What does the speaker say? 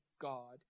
God